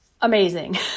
amazing